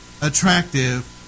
attractive